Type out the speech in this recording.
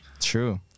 true